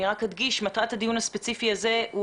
אני אדגיש שמטרת הדיון הספציפי הזה הוא